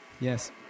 Yes